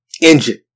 injured